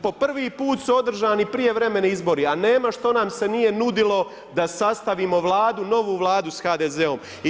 Po prvi put su održani prijevremeni izbori a nema šta nam se nije nudilo da sastavimo Vladu, novu Vladu sa HDZ-om.